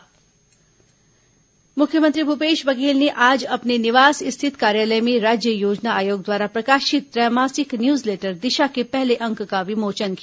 मुख्यमंत्री विमोचन मुख्यमंत्री भूपेश बघेल ने आज अपने निवास स्थित कार्यालय में राज्य योजना आयोग द्वारा प्रकाशित त्रैमासिक न्यूज लेटर दिशा के पहले अंक का विमोचन किया